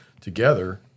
together